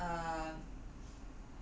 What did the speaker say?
oh then err